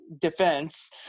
defense